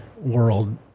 world